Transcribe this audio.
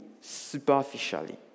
superficially